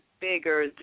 bigger